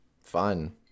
Fun